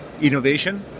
innovation